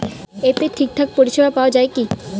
এতে ঠিকঠাক পরিষেবা পাওয়া য়ায় কি?